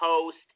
post